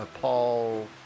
Paul